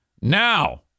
Now